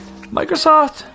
Microsoft